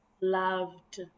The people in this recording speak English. loved